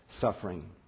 suffering